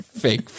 fake